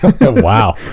wow